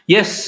Yes